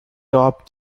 top